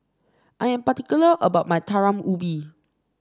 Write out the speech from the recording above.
I am particular about my Talam Ubi